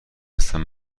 هستن